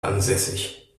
ansässig